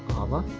armor